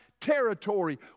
territory